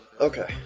Okay